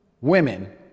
Women